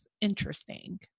interesting